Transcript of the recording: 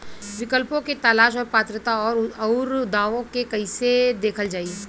विकल्पों के तलाश और पात्रता और अउरदावों के कइसे देखल जाइ?